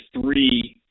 three